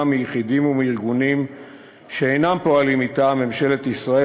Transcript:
מיחידים ומארגונים שאינם פועלים מטעם ממשלת ישראל,